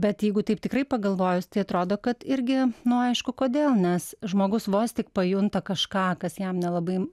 bet jeigu taip tikrai pagalvojus tai atrodo kad irgi nu aišku kodėl nes žmogus vos tik pajunta kažką kas jam nelabai